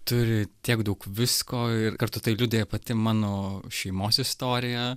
turi tiek daug visko ir kartu tai liudija pati mano šeimos istorija